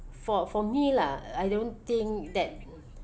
for for me lah I don't think that